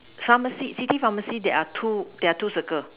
pharmacy city pharmacy there are two there are two circle